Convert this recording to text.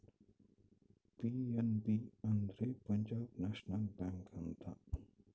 PNB ಅಂದ್ರೆ Punjab national bank ಅಂತ